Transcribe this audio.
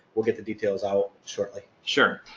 we'll get the details out shortly. sure.